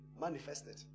manifested